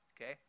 Okay